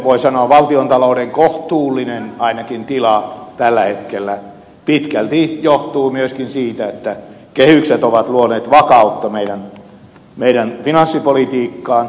voi sanoa että suomen valtiontalouden ainakin kohtuullinen tila tällä hetkellä pitkälti johtuu myöskin siitä että kehykset ovat luoneet vakautta meidän finanssipolitiikkaan